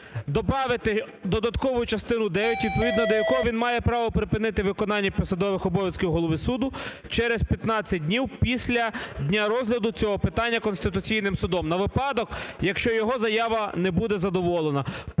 добавити додаткову частину дев'ять, відповідно до якого він має право припинити виконання посадових обов'язків голови суду через 15 днів після дня розгляду цього питання Конституційним Судом на випадок, якщо його заява не буде задоволена.